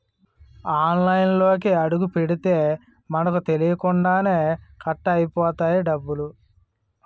ఆన్లైన్లోకి అడుగుపెడితే మనకు తెలియకుండానే కట్ అయిపోతాయి డబ్బులు